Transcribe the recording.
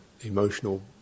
emotional